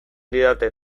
didaten